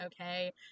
okay